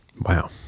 Wow